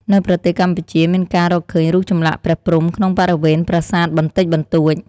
នៅប្រទេសកម្ពុជា មានការរកឃើញរូបចម្លាក់ព្រះព្រហ្មក្នុងបរិវេណប្រាសាទបន្តិចបន្តួច។